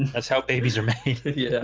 that's how babies are made you